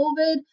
COVID